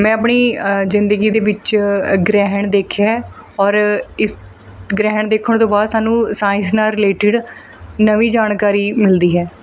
ਮੈਂ ਆਪਣੀ ਜਿੰਦਗੀ ਦੇ ਵਿੱਚ ਗ੍ਰਹਿਣ ਦੇਖਿਆ ਔਰ ਇਸ ਗ੍ਰਹਿਣ ਦੇਖਣ ਤੋਂ ਬਾਅਦ ਸਾਨੂੰ ਸਾਇੰਸ ਨਾਲ ਰਿਲੇਟਡ ਨਵੀਂ ਜਾਣਕਾਰੀ ਮਿਲਦੀ ਹੈ